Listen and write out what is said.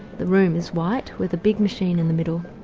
the room is white with a big machine in the middle.